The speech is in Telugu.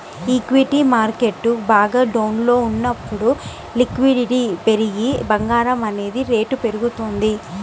ఈక్విటీ మార్కెట్టు బాగా డౌన్లో ఉన్నప్పుడు లిక్విడిటీ పెరిగి బంగారం అనేది రేటు పెరుగుతుంది